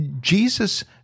Jesus